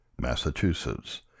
Massachusetts